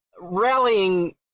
rallying